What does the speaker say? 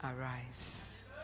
Arise